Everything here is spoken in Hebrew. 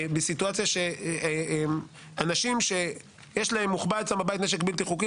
בסיטואציה שאנשים שמוחבא אצלם בבית נשק בלתי חוקי,